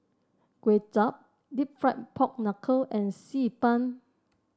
Kway Chap deep fried Pork Knuckle and Xi Ban